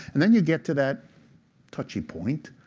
and then you get to that touchy point.